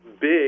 big